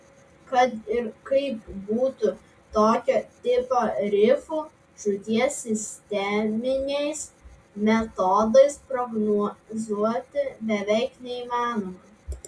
kad ir kaip būtų tokio tipo rifų žūties sisteminiais metodais prognozuoti beveik neįmanoma